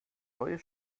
neue